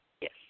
yes